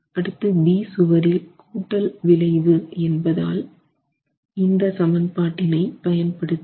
அடுத்து B சுவரில் கூட்டல் விளைவு என்பதால் பயன்படுத்துகிறோம்